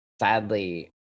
sadly